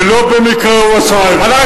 ולא במקרה הוא עשה את זה.